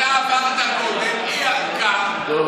אתה עברת קודם, והיא ערקה, לא,